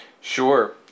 Sure